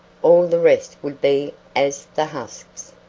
all the rest would be as the husks.